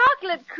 Chocolate